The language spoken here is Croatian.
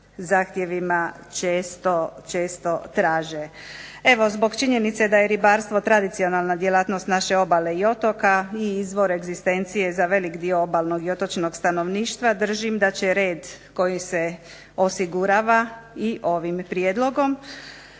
zahtjevima često traže. Zbog činjenice da je ribarstvo tradicionalna djelatnost naše obale i otoka i izvor egzistencije za velik dio obalnog i otočnog stanovništva držim da će red koji se osigurava i ovim prijedlogom,